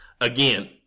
again